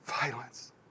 violence